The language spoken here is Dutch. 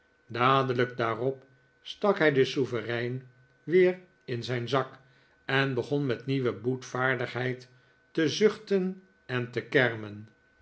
dadelijk daarop stak hij den sovereign weer in zijn zak en begon met nieuwe boetvaardigheid te zuchten en te kermen